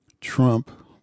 Trump